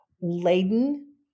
laden